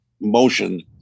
motion